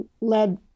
led